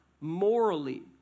morally